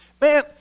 Man